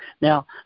Now